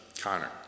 Connor